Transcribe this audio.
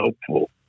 helpful